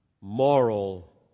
moral